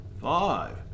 Five